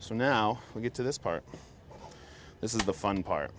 so now we get to this part this is the fun part